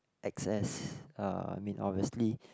excess uh I mean obviously